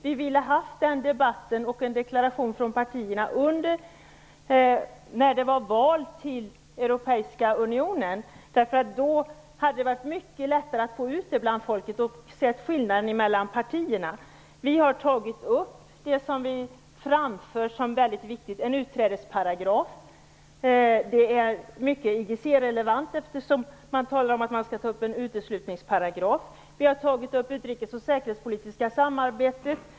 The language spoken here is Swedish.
Vi ville ha den debatten och en deklaration från partierna när det var val till europeiska unionen. Då hade det varit lättare att få ut det till folket och att se skillnaderna mellan partierna. Vi har tagit upp det som vi framför som viktigt, nämligen en utträdesparagraf. Det är mycket IGC relevant eftersom man talar om att man skall ta upp en uteslutningsparagraf. Vi har tagit upp det utrikes och säkerhetspolitiska samarbetet.